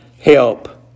help